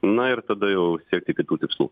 na ir tada jau siekti kitų tikslų